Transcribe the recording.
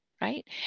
Right